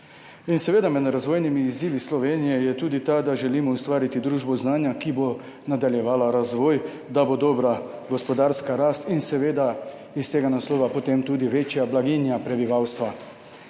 Med razvojnimi izzivi Slovenije je tudi ta, da želimo ustvariti družbo znanja, ki bo nadaljevala razvoj, da bo dobra gospodarska rast in iz tega naslova potem tudi večja blaginja prebivalstva.